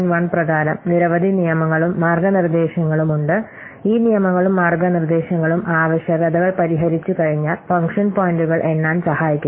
1 പ്രകാരം നിരവധി നിയമങ്ങളും മാർഗ്ഗനിർദ്ദേശങ്ങളും ഉണ്ട് ഈ നിയമങ്ങളും മാർഗ്ഗനിർദ്ദേശങ്ങളും ആവശ്യകതകൾ പരിഹരിച്ചുകഴിഞ്ഞാൽ ഫംഗ്ഷൻ പോയിൻറുകൾ എണ്ണാൻ സഹായിക്കുന്നു